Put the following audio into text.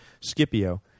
Scipio